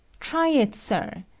try it, sir,